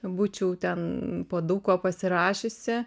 būčiau ten po daug kuo pasirašiusi